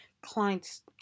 clients